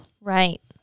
Right